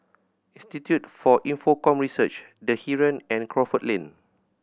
Institute for Infocomm Research The Heeren and Crawford Lane